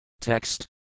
Text